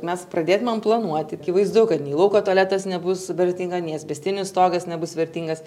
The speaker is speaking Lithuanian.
mes pradėtumėm planuoti akivaizdu kad nei lauko tualetas nebus vertinga nei asbestinis stogas nebus vertingas